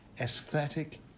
aesthetic